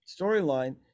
storyline